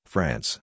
France